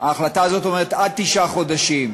ההחלטה הזאת אומרת עד תשעה חודשים,